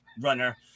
runner